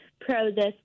pro-this